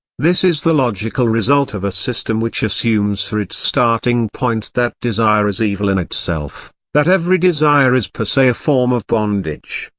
this is the logical result of a system which assumes for its starting-point that desire is evil in itself, that every desire is per se a form of bondage,